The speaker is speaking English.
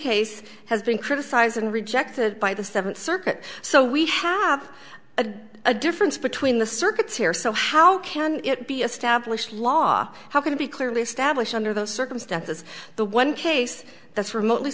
case has been criticized and rejected by the seventh circuit so we have a a difference between the circuits here so how can it be established law how can it be clearly established under those circumstances the one case th